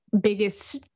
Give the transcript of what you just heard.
biggest